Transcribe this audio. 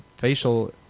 facial